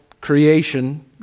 creation